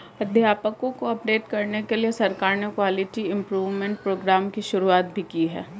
अध्यापकों को अपडेट करने के लिए सरकार ने क्वालिटी इम्प्रूव्मन्ट प्रोग्राम की शुरुआत भी की है